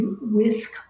whisk